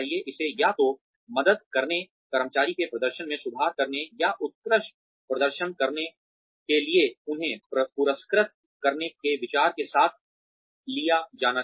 इसे या तो मदद करने कर्मचारी के प्रदर्शन में सुधार करने या उत्कृष्ट प्रदर्शन के लिए उन्हें पुरस्कृत करने के विचार के साथ लिया जाना चाहिए